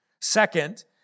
Second